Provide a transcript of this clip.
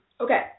Okay